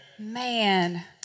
Man